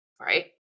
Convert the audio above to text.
right